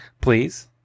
please